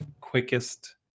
quickest